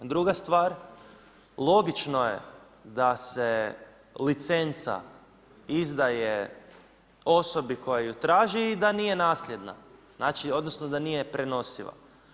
Druga stvar, logično je da se licenca izdaje osobi koja ju traži i da nije nasljedna, znači odnosno da nije prenosiva.